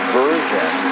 version